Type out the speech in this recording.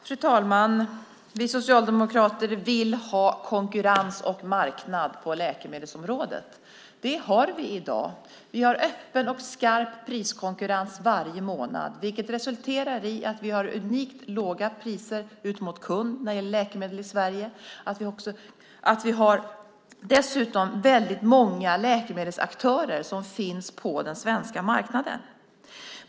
Fru talman! Vi socialdemokrater vill ha konkurrens och marknad på läkemedelsområdet. Det har vi i dag. Vi har en öppen och skarp priskonkurrens varje månad, vilket resulterar i att vi vad gäller läkemedel i Sverige har unikt låga priser ut mot kund. Vi har dessutom många läkemedelsaktörer på den svenska marknaden.